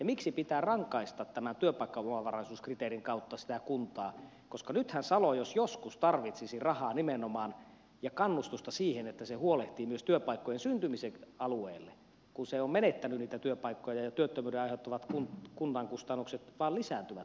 miksi pitää rangaista tämän työpaikkaomavaraisuuskriteerin kautta sitä kuntaa koska nythän salo jos joskus nimenomaan tarvitsisi rahaa ja kannustusta siihen että se huolehtii myös työpaikkojen syntymisestä alueelle kun se on menettänyt niitä työpaikkoja ja työttömyyden aiheuttamat kunnan kustannukset vain lisääntyvät tällä hetkellä